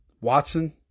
Watson